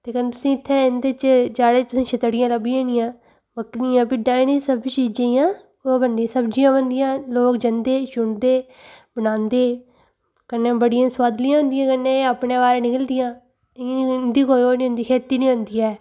ते तुसें इत्थें इं'दे च जाड़े च ते छत्तड़ियां लब्भी जंदियां बकरियां भिड्डां इ'नें सब चीजें दियां ओह् बनदियां सब्जियां बनदियां न लोग जंदे चुनदे बनांदे कन्नै बड़ियां सोआदलियां होंदियां कन्नै एह् अपने आप निकलदियां ते इं'दी कोई ओह् निं होंदी ऐ खेत्ती निं होंदी ऐ